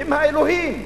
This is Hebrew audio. הם האלוהים,